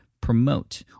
promote